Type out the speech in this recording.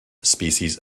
species